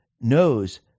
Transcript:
knows